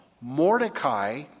Mordecai